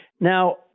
Now